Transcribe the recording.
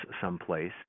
someplace